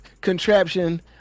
contraption